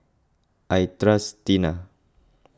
I trust Tena